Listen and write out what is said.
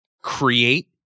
create